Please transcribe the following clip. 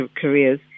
careers